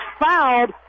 fouled